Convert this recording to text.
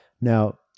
Now